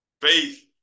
faith